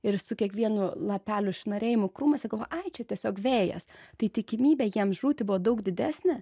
ir su kiekvienu lapelių šnarėjimu krūmuose galvojo ai čia tiesiog vėjas tai tikimybė jiems žūti buvo daug didesnė